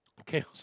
Okay